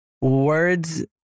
words